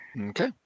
Okay